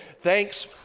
thanks